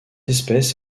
espèce